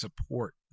support